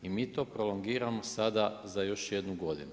I mi to prolongiramo sada za još jednu godinu.